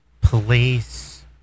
police